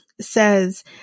says